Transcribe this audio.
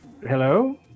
hello